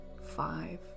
five